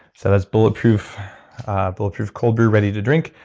so that's bulletproof bulletproof cold brew ready-to-drink.